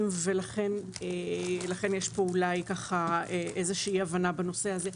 ולכן אולי יש איזו אי הבנה בנושא הזה.